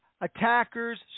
attackers